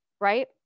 right